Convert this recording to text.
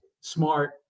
smart